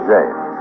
James